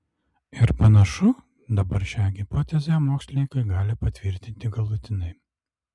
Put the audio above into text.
ir panašu dabar šią hipotezę mokslininkai gali patvirtinti galutinai